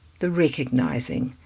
the recognizing.